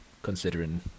Considering